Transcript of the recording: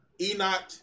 Enoch